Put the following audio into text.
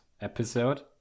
episode